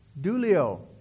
dulio